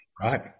Right